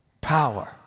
Power